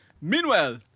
Meanwhile